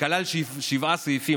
שכללו שבעה סעיפים.